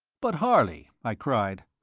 but, harley, i cried,